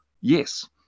yes